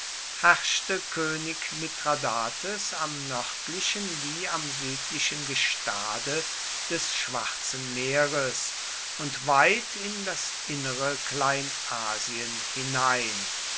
herrschte könig mithradates am nördlichen wie am südlichen gestade des schwarzen meeres und weit in das innere kleinasien hinein